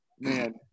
man